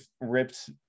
ripped